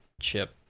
chip